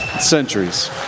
centuries